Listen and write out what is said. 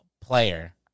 player